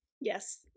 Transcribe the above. Yes